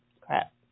crap